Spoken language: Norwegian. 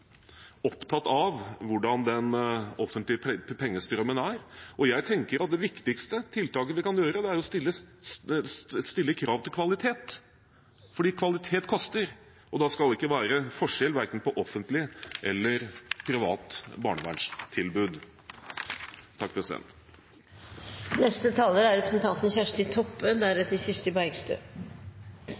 opptatt av hvordan den offentlige pengestrømmen er. Og jeg tenker at det viktigste tiltaket vi kan gjøre, er å stille krav til kvalitet – for kvalitet koster, og da skal det ikke være forskjell på verken offentlig eller privat barnevernstilbud.